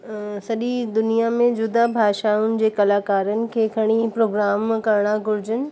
सॼी दुनिया में जुदा भाषाउनि जे कलाकारनि खे खणी प्रोग्राम करिणा घुरजनि